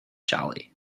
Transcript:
jolly